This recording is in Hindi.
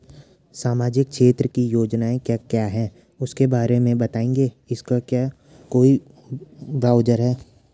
सामाजिक क्षेत्र की योजनाएँ क्या क्या हैं उसके बारे में बताएँगे इसका क्या कोई ब्राउज़र है?